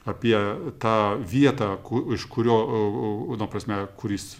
apie tą vietą kur iš kurio ta prasme kuris